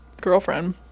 girlfriend